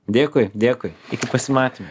dėkui dėkui iki pasimatymo